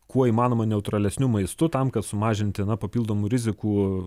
kuo įmanoma neutralesniu maistu tam kad sumažintinti na papildomų rizikų